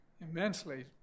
immensely